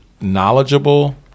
knowledgeable